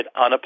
unapologetic